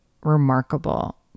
remarkable